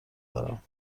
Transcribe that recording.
دارم